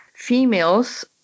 Females